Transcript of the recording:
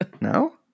No